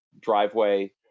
driveway